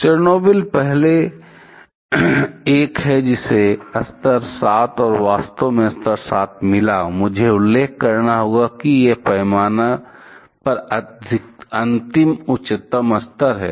Chernobyl पहले एक है जिसे स्तर 7 और वास्तव में स्तर 7 मिला मुझे उल्लेख करना होगा कि यह पैमाने पर अंतिम उच्चतम स्तर है